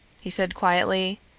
he said quietly,